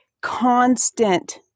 constant